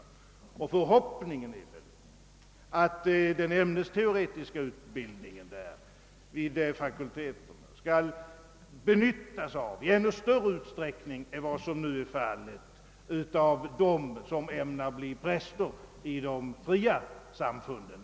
Förhoppningen är väl att den ämnesteoretiska utbildningen vid fakulteterna i större utsträckning än vad som nu är fallet skall benyttas även av dem som ämnar bli präster i de fria samfunden.